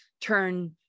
turn